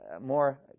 more